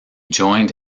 joined